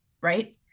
right